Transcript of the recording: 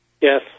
Yes